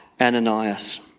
Ananias